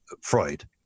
Freud